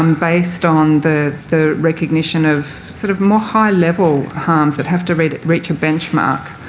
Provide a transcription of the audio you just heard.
um based on the the recognition of sort of more highlevel harms that have to reach a benchmark